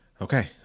okay